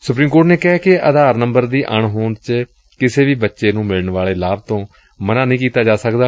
supreme Court ਨੇ ਕਿਹੈ ਕਿ ਆਧਾਰ ਨੰਬਰ ਦੀ ਅਣਹੋਂਦ ਚ ਕਿਸੇ ਵੀ ਬੱਚੇ ਨੂੰ ਮਿਲਣ ਵਾਲੇ ਲਾਭ ਤੋਂ ਮਨਾ ਨਹੀਂ ਕੀਤਾ ਜਾ ਸਕਦਾ